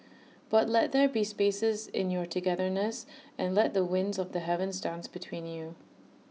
but let there be spaces in your togetherness and let the winds of the heavens dance between you